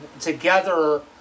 Together